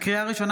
לקריאה ראשונה,